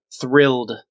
thrilled